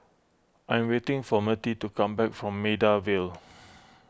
I am waiting for Mirtie to come back from Maida Vale